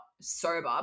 sober